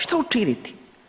Što učiniti?